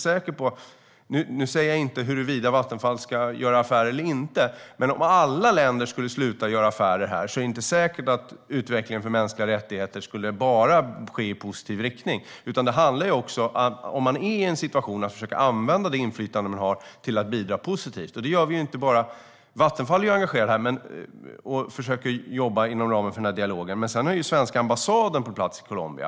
Nu säger jag inte huruvida Vattenfall ska göra affär eller inte, men om alla länder skulle sluta att göra affärer här är det inte säkert att utvecklingen för mänskliga rättigheter enbart skulle ske i positiv riktning. Det handlar också om att man är i en situation där man försöker använda det inflytande man har till att bidra positivt. Vattenfall är ju engagerade här och försöker jobba inom ramen för dialogen, men sedan är den svenska ambassaden på plats i Colombia.